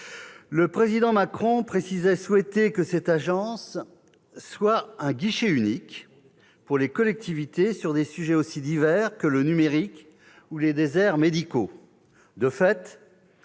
Le président Macron précisait souhaiter que cette agence soit un « guichet unique » pour les collectivités, sur des sujets aussi divers que le numérique ou les déserts médicaux. De fait,